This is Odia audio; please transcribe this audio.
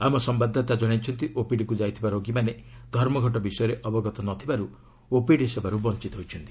ଆମ ସମ୍ଭାଦଦାତା କଣାଇଛନ୍ତି ଓପିଡିକୁ ଯାଇଥିବା ରୋଗୀମାନେ ଧର୍ମଘଟ ବିଷୟରେ ଅବଗତ ନ ଥିବାରୁ ଓପିଡି ସେବାର୍ତ ବଞ୍ଚିତ ହୋଇଛନ୍ତି